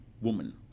woman